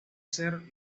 ser